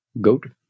goat